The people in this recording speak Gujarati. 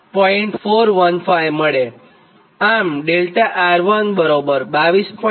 આમ 𝛿𝑅1 22